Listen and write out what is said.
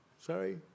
sorry